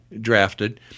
drafted